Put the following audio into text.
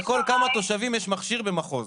לכל כמה תושבים יש מכשיר במחוז?